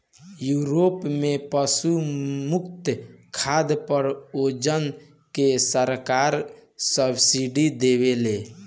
Europe में पशु मुक्त खाद पर ओजा के सरकार सब्सिडी देवेले